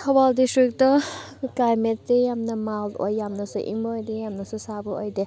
Thoubal district ꯀ꯭ꯂꯥꯏꯃꯦꯠꯇꯤ ꯌꯥꯝꯅ mild ꯑꯣꯏ ꯌꯥꯝꯅꯁꯨ ꯏꯪꯕ ꯑꯣꯏꯗꯦ ꯌꯥꯝꯅꯁꯨ ꯁꯥꯕ ꯑꯣꯏꯗꯦ